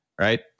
right